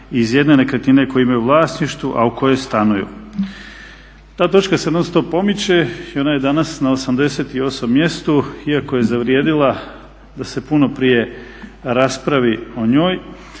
iz jedne nekretnine koju imaju u vlasništvu a u kojoj stanuju. Ta točka se non stop pomiče i ona je danas na 88. mjestu iako je zavrijedila da se puno prije raspravi o njoj.